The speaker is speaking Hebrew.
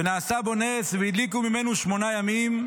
ונעשה בו נס והדליקו ממנו שמונה ימים,